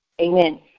Amen